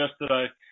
yesterday